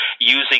using